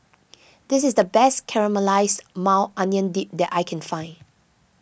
this is the best Caramelized Maui Onion Dip that I can find